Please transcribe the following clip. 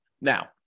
Now